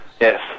Yes